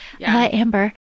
Amber